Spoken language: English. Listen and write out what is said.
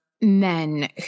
men